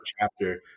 chapter